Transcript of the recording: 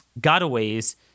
gotaways